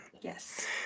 Yes